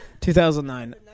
2009